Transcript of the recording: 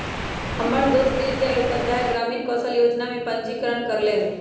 हमर दोस दीनदयाल उपाध्याय ग्रामीण कौशल जोजना में पंजीकरण करएले हइ